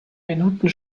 minuten